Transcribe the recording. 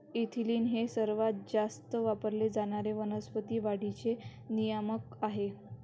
ethylene हे सर्वात जास्त वापरले जाणारे वनस्पती वाढीचे नियामक आहे